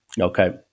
Okay